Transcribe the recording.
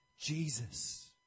Jesus